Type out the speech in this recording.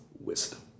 wisdom